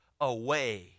away